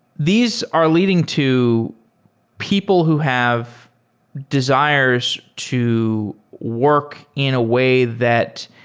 these are leading to people who have desires to work in a way that